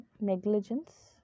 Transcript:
negligence